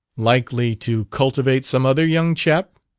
likely to cultivate some other young chap,